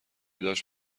داشت